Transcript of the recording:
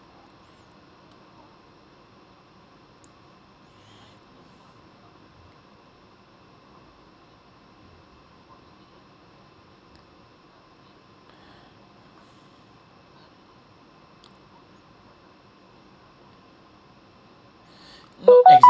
not exactly